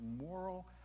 moral